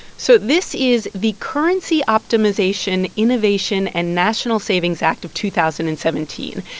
so this is the currency optimization innovation and national savings act of two thousand and seventeen.